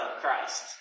Christ